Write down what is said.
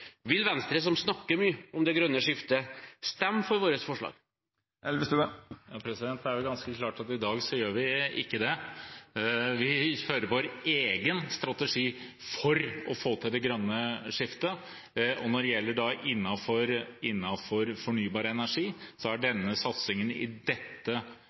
Vil Venstre, som snakker mye om det grønne skiftet, stemme for vårt forslag? Det er vel ganske klart at i dag gjør vi ikke det. Vi fører vår egen strategi for å få til det grønne skiftet. Når det gjelder fornybar energi, handler satsingen i dette reviderte budsjettet og i